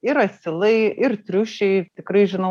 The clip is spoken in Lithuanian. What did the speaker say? ir asilai ir triušiai tikrai žinau